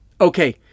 Okay